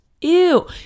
Ew